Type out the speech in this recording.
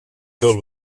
filled